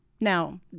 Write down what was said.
Now